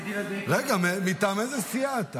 רגע, מטעם איזו סיעה אתה?